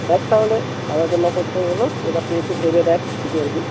দেখ তাহলে আলোচনা করতে হলো এবার তুই একটু ভেবে দেখ কী করবি